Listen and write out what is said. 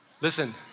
Listen